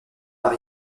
par